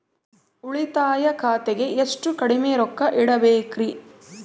ಉಳಿತಾಯ ಖಾತೆಗೆ ಎಷ್ಟು ಕಡಿಮೆ ರೊಕ್ಕ ಇಡಬೇಕರಿ?